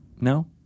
No